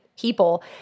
people